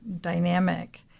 dynamic